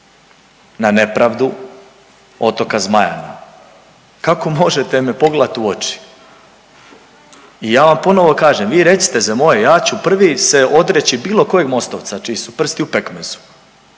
na nepravdu otoka Zmajana, kako možete me pogledati u oči? I ja vam ponovo kažem vi recite za moje, ja ću prvi se odreći bilo kojeg Mostovca čiji su prsti u pekmezu,